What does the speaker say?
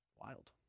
Wild